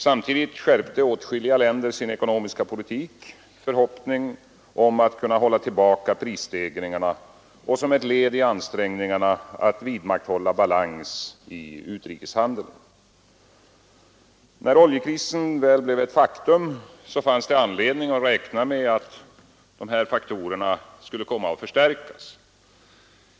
Samtidigt skärpte åtskilliga länder sin ekonomiska politik i förhoppning om att kunna hålla tillbaka prisstegringarna och som ett led i ansträngningarna att vidmakthålla balans i utrikeshandeln. När oljekrisen blivit ett faktum var det anledning att räkna med att dessa faktorer skulle komma att förstärkas.